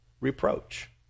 reproach